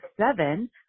seven